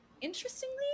interestingly